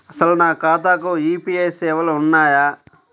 అసలు నా ఖాతాకు యూ.పీ.ఐ సేవలు ఉన్నాయా?